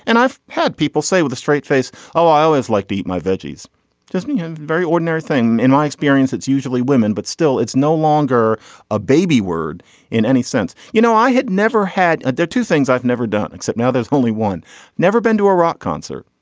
and i've had people say with a straight face oh i always like to eat my veggies just be a very ordinary thing in my experience it's usually women but still it's no longer a baby word in any sense. you know i had never had a day or two things i've never done except now there's only one never been to a rock concert.